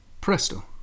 Presto